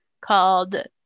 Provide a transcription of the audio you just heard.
called